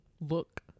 Look